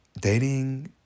dating